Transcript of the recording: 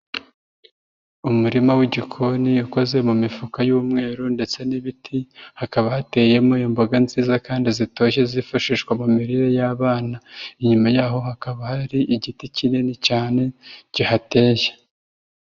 Umurima w'igikoni ukoze mu mifuka y'umweru ndetse n'ibiti, hakaba hateyemo imboga nziza kandi zitoshye zifashishwa mu mirire y'abana, inyuma yaho hakaba hari igiti kinini cyane kihateye.